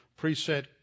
preset